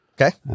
okay